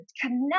connect